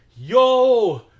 Yo